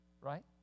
right